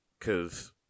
Cause